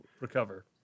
recover